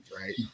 right